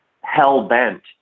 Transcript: hell-bent